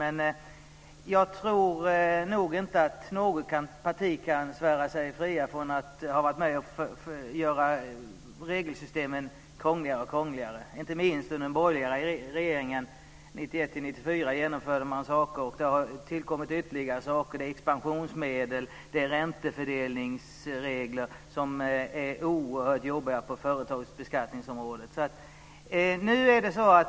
Men jag tror inte att något parti kan svära sig fritt från att ha varit med om att göra regelsystemen krångligare och krångligare. Inte minst den borgerliga regeringen genomförde 1991-1994 saker, och det har tillkommit ytterligare saker, t.ex. expansionsmedel och räntefördelningsregler på företagsbeskattningsområdet som är oerhört jobbiga.